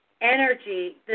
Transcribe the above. energy